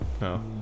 No